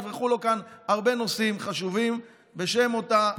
יברחו לו כאן הרבה נושאים חשובים בשם אותה,